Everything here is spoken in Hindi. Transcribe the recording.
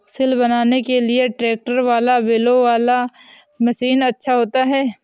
सिल बनाने के लिए ट्रैक्टर वाला या बैलों वाला मशीन अच्छा होता है?